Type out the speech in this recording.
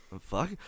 fuck